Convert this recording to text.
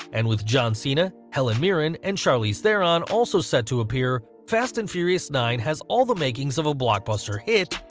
and with john cena, helen mirren and charlize theron also set to appear, fast and furious nine has all the making so of a blockbuster hit,